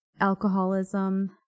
alcoholism